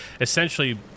essentially